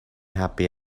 happy